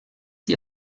die